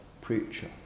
preacher